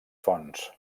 fonts